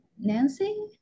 Nancy